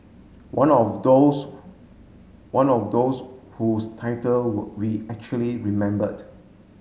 one of those one of those whose title we actually remembered